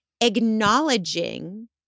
acknowledging